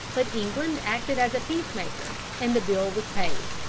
but england acted as a peacemaker, and the bill was paid.